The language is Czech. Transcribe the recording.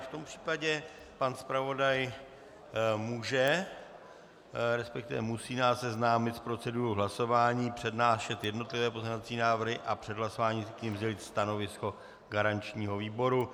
V tom případě pan zpravodaj může, resp. musí nás seznámit s procedurou hlasování, přednášet jednotlivé pozměňovací návrhy a před hlasováním k nim říct stanovisko garančního výboru.